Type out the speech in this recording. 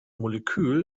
molekül